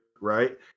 right